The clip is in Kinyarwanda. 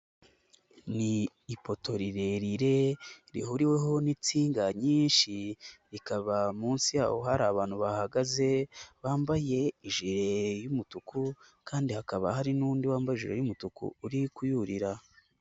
Ni ipoto rirerire, rihuriweho n'insinga nyinshi, rikaba munsi yaho hari abantu bahagaze, bambaye ijire y'umutuku kandi hakaba hari n'undi wambaye ijire y'umutuku uri kuyurira.